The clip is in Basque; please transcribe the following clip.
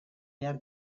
behar